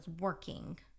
working